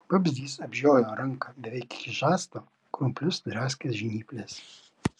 vabzdys apžiojo ranką beveik iki žasto krumplius draskė žnyplės